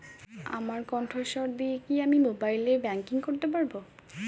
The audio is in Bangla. আমার কন্ঠস্বর দিয়ে কি আমি মোবাইলে ব্যাংকিং করতে পারবো?